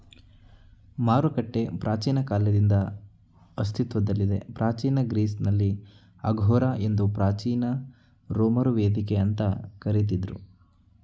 ಮಾರುಕಟ್ಟೆ ಪ್ರಾಚೀನ ಕಾಲದಿಂದ ಅಸ್ತಿತ್ವದಲ್ಲಿದೆ ಪ್ರಾಚೀನ ಗ್ರೀಸ್ನಲ್ಲಿ ಅಗೋರಾ ಎಂದು ಪ್ರಾಚೀನ ರೋಮರು ವೇದಿಕೆ ಅಂತ ಕರಿತಿದ್ರು